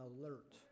alert